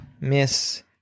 miss